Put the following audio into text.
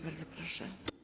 Bardzo proszę.